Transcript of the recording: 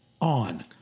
on